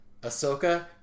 Ahsoka